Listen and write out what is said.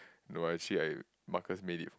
no actually I Marcus made it